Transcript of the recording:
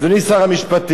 אדוני שר המשפטים,